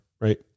right